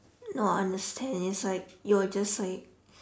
no I understand it's like you are just like